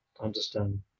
understand